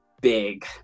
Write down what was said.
big